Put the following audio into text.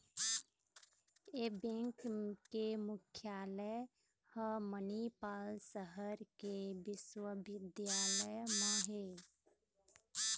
ए bank के मुख्यालय ह मनिपाल सहर के बिस्वबिद्यालय म हे